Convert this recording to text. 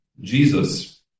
Jesus